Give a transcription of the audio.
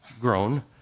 grown